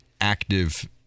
active